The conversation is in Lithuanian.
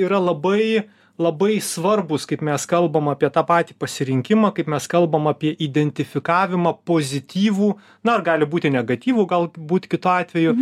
yra labai labai svarbūs kaip mes kalbam apie tą patį pasirinkimą kaip mes kalbam apie identifikavimą pozityvų na ar gali būti negatyvu galbūt kitu atveju